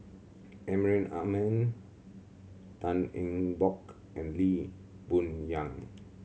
Amrin Amin Tan Eng Bock and Lee Boon Yang